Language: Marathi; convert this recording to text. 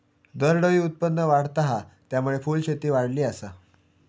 दरडोई उत्पन्न वाढता हा, त्यामुळे फुलशेती वाढली आसा